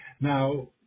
now